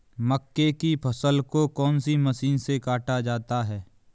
मक्के की फसल को कौन सी मशीन से काटा जाता है?